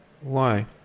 Why